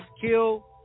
kill